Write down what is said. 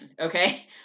okay